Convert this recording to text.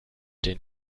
den